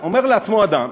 אומר לעצמו אדם,